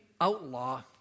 outlaw